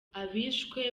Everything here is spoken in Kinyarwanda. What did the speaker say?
abishwe